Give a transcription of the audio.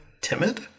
timid